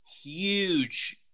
huge